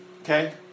Okay